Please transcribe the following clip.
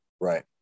Right